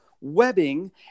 webbing